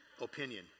opinion